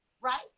right